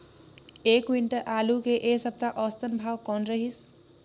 एक क्विंटल आलू के ऐ सप्ता औसतन भाव कौन रहिस?